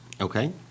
Okay